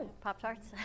Pop-tarts